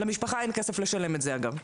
למשפחה אין כסף לשלם את זה אגב,